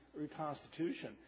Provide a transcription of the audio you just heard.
reconstitution